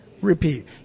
repeat